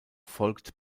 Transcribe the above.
folgt